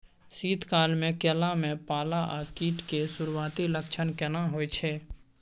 शीत काल में केला में पाला आ कीट के सुरूआती लक्षण केना हौय छै?